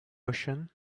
ocean